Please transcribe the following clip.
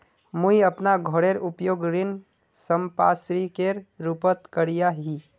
मुई अपना घोरेर उपयोग ऋण संपार्श्विकेर रुपोत करिया ही